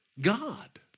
God